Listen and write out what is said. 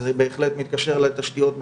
וזה בהחלט מתקשר לתשתיות בכבישים.